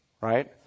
Right